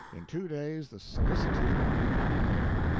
in two days the solicitude would be booming.